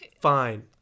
Fine